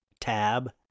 tab